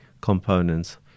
components